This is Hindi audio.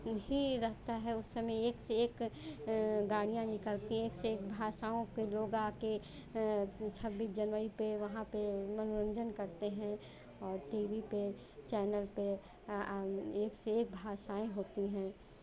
ही रहता है उस समय एक से एक गाड़ियाँ निकतली हैं सेट भाषाओं के लोग आकर छब्बीस जनवरी पर वहाँ पर मनोरंजन करते हैं और टी वी पर चैनल पर एक से एक भाषाएँ होती हैं